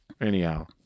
Anyhow